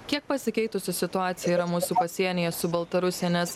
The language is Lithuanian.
kiek pasikeitusi situacija yra mūsų pasienyje su baltarusija nes